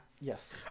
yes